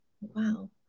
Wow